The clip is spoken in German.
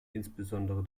insbesondere